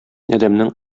адәмнең